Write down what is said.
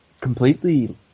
completely